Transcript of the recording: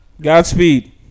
Godspeed